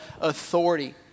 authority